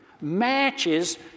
matches